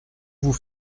vous